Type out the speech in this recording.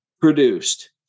produced